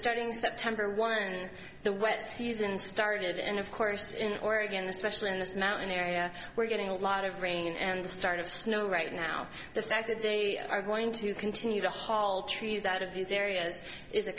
starting september one the wet season started and of course in oregon especially in this mountain area we're getting a lot of rain and started to snow right now the fact that they are going to continue to haul trees out of these areas is a